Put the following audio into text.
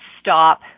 stop